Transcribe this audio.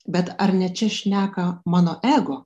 bet ar ne čia šneka mano ego